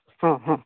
ହଁ ହଁ